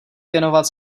věnovat